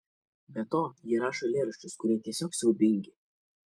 be to ji rašo eilėraščius kurie tiesiog siaubingi